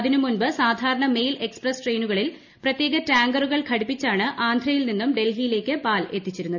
അതിന് മുമ്പ് സാധാരണ മെയിൽ എക്സ്പ്രസ് ട്രെയിനുകളിൽ പ്രത്യേക ടാങ്കറുകൾ ഘടിപ്പിച്ചാണ് ആന്ധ്രയിൽ നിന്നും ഡൽഹിയിലേക്ക് പാൽ എത്തിച്ചിരുന്നത്